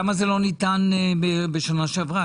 למה זה לא ניתן בשנה שעברה?